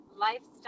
lifestyle